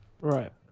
Right